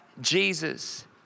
Jesus